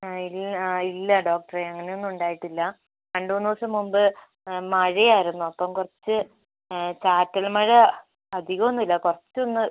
ആ ഇല്ല ആ ഇല്ല ഡോക്ടറേ അങ്ങനെ ഒന്നും ഉണ്ടായിട്ടില്ല രണ്ട് മൂന്ന് ദിവസം മുമ്പ് മഴ ആയിരുന്നു അപ്പം കുറച്ച് ചാറ്റൽ മഴ അധികം ഒന്നും ഇല്ല കുറച്ച് ഒന്ന്